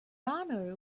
honor